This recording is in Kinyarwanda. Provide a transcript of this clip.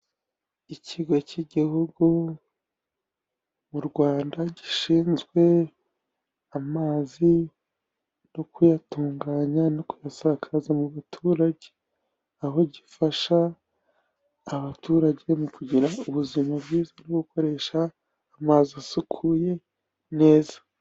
Ikigo cy'Igihugu mu Rwanda gishinzwe amazi no kuyatunganya no kuyasakaza mu baturage, aho gifasha abaturage mu kugira ubuzima bwiza no gukoresha amazi asukuye neza.